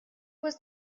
was